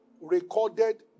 recorded